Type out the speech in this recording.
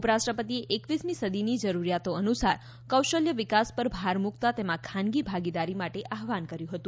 ઉપરાષ્ટ્રપતિએ રામી સદીની જરૂરીયાતો અનુસાર કૌશલ્ય વિકાસ પર ભાર મૂક્તા તેમાં ખાનગી ભાગીદારી માટે આહવાન કર્યું હતું